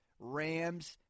Rams